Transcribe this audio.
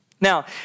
Now